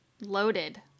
loaded